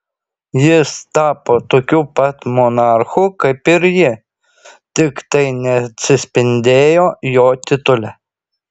jis tapo tokiu pat monarchu kaip ir ji tik tai neatsispindėjo jo titule